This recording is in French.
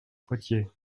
poitiers